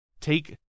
take